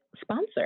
sponsor